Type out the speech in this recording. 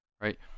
Right